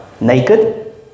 naked